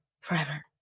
forever